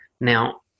Now